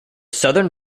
southern